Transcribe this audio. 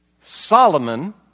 Solomon